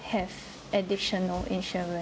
have additional insurance